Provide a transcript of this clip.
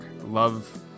love